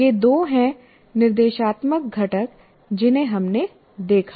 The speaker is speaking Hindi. ये दो हैं निर्देशात्मक घटक जिन्हें हमने देखा